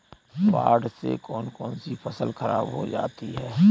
बाढ़ से कौन कौन सी फसल खराब हो जाती है?